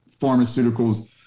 pharmaceuticals